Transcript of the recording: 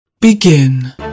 Begin